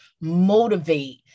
motivate